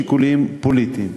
שיקולים פוליטיים.